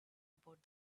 about